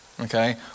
Okay